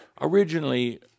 Originally